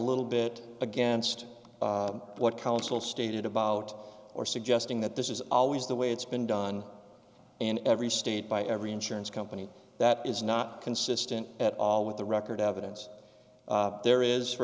little bit against what counsel stated about or suggesting that this is always the way it's been done in every state by every insurance company that is not consistent at all with the record evidence there is for